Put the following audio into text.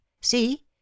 See